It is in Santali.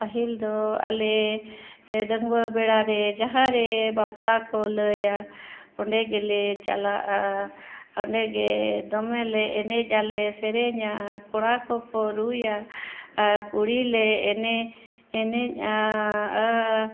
ᱯᱟᱹᱦᱤᱞ ᱫᱚ ᱟᱞᱮ ᱰᱟᱺᱝᱣᱟᱹ ᱵᱮᱲᱟ ᱨᱮ ᱡᱟᱦᱟᱸᱨᱮ ᱵᱟᱯᱞᱟ ᱠᱚ ᱞᱟᱹᱭᱟ ᱚᱸᱰᱮ ᱜᱮᱞᱮ ᱪᱟᱞᱟᱜᱼᱟ ᱚᱸᱰᱮ ᱜᱮ ᱫᱚᱢᱮ ᱞᱮ ᱮᱱᱮᱡ ᱟᱞᱮ ᱥᱮᱨᱮᱧᱟ ᱠᱚᱲᱟ ᱠᱚᱠᱚ ᱨᱩᱻᱭᱟ ᱟᱨ ᱠᱩᱲᱤ ᱞᱮ ᱮᱱᱮᱡ ᱮᱱᱮᱡᱼᱟ ᱟᱨ